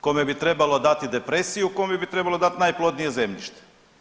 Kome bi trebalo dati depresiju, kome bi trebalo dati najplodnije zemljište.